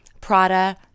Prada